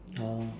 oh